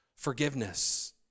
forgiveness